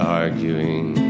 arguing